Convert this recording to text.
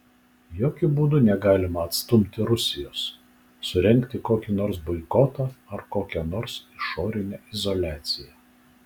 jokiu būdu negalima atstumti rusijos surengti kokį nors boikotą ar kokią nors išorinę izoliaciją